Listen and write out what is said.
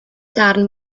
darn